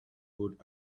good